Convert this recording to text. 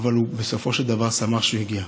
אבל בסופו של דבר הוא שמח שהוא הגיע.